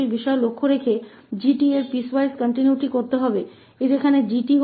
तो निरंतरता के संबंध में 𝑔𝑡 की पीसवाइज कंटीन्यूअसता इसलिए यहां 𝑔𝑡 ft है